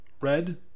red